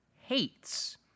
hates